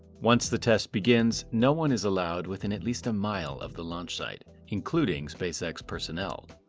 once the test begins, no one is allowed within at least a mile of the launch site, including spacex personnel.